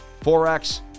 forex